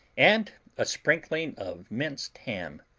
and a sprinkling of minced ham.